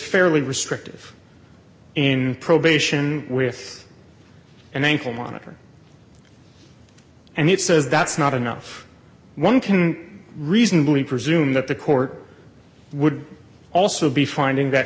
fairly restrictive in probation with and then full monitoring and it says that's not enough one can reasonably presume that the court would also be finding that